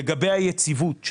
לגבי היציבות,